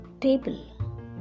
table